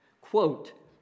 Quote